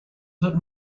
that